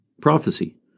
Prophecy